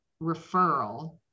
referral